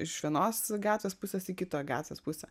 iš vienos gatvės pusės į kitą gatvės pusę